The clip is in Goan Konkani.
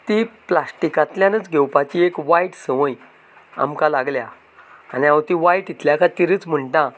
ती प्लास्टिकांतल्यानच घेवपाची एक वायट संवय आमकां लागल्या आनी हांव ती वायट इतल्या खातीरच म्हणटां